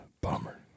Bummer